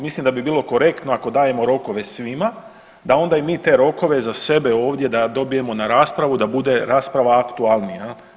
Mislim da bi bilo korektno ako dajemo rokove svima, da onda i mi te rokove za sebe ovdje da dobijemo na raspravu da bude rasprava aktualnija.